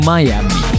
Miami